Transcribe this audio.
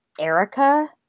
Erica